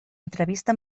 entrevista